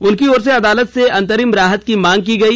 उनकी ओर से अदालत से अंतरिम राहत की मांग की गई